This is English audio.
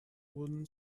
wooden